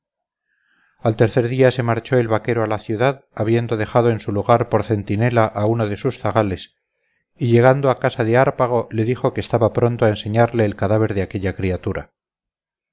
al tercer día se marchó el vaquero a la ciudad habiendo dejado en su lugar por centinela a uno de sus zagales y llegando a casa de hárpago le dijo que estaba pronto a enseñarle el cadáver de aquella criatura